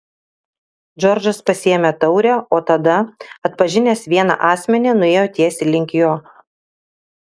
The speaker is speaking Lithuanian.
džordžas pasiėmė taurę o tada atpažinęs vieną asmenį nuėjo tiesiai link jo